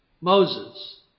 Moses